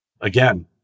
again